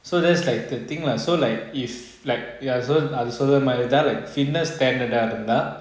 so that's like the thing lah so like if like அது அது சொல்லற மாறி தான்:athu athu sollra maari thaan fitness standard eh இருந்த:iruntha